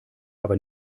aber